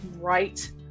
right